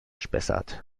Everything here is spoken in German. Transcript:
spessart